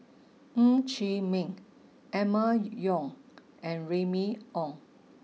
Ng Chee Meng Emma Yong and Remy Ong